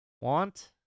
Want